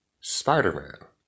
Spider-Man